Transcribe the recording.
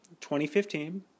2015